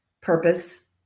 purpose